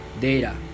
data